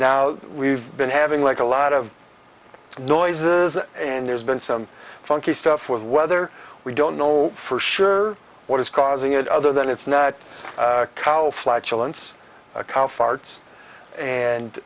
now we've been having like a lot of noises and there's been some funky stuff with whether we don't know for sure what is causing it other than it's nat cow flatulen